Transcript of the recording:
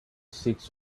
six